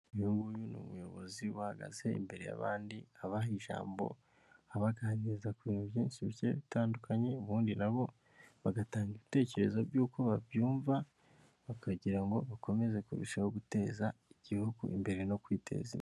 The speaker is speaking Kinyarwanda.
Uyu nguyu ni umuyobozi, uba ahagaze imbere y'abandi, abaha ijambo, abaganiriza ku bintu byinshi bigiye bitandukanye, ubundi nabo bagatanga ibitekerezo by'uko babyumva, bakagira ngo bakomeze kurushaho guteza igihugu imbere no kwiteza imbere.